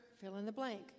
fill-in-the-blank